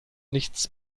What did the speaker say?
nichts